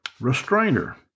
restrainer